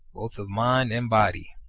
both of mind and body,